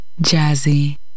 Jazzy